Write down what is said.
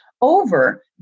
over